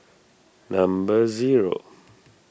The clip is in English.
number zero